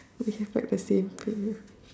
what is your fried the favorite food